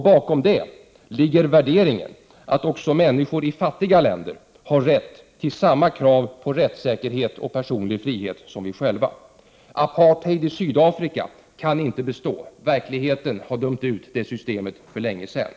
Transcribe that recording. Bakom ligger värderingen att också människor i fattiga länder har rätt till samma krav på rättvisa och personlig frihet som vi själva. Apartheid i Sydafrika kan inte bestå. Verkligheten har dömt ut det systemet för länge sedan.